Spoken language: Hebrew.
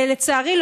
לצערי,